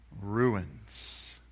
ruins